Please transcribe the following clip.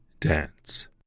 Dance